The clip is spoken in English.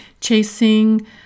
chasing